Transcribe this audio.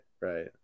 right